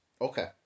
okay